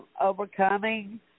overcoming